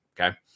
okay